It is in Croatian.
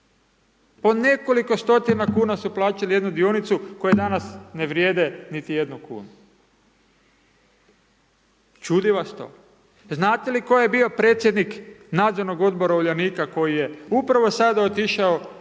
Po nekoliko stotina kuna su plaćali jednu dionicu koje danas ne vrijede niti jednu kunu. Čudi vas to? Znate li tko je bio predsjednik nadzornog odbora Uljanika, koji je upravo sada otišao